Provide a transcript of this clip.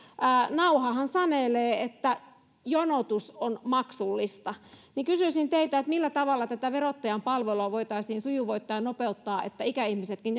nauhahan sanelee että jonotus on maksullista kysyisin teiltä millä tavalla verottajan palvelua voitaisiin sujuvoittaa ja nopeuttaa että ikäihmisetkin